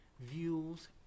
Views